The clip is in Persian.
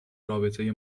رابطه